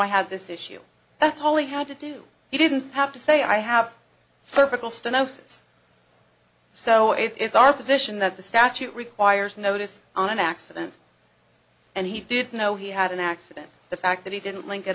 i had this issue that's all he had to do he didn't have to say i have cervical stenosis so it's our position that the statute requires notice on an accident and he didn't know he had an accident the fact that he didn't link